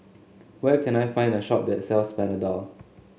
where can I find a shop that sells Panadol